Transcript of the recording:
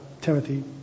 Timothy